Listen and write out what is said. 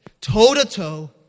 toe-to-toe